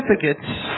Certificates